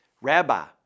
Rabbi